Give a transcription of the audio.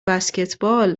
بسکتبال